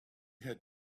had